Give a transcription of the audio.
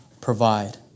provide